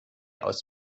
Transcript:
aus